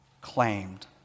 claimed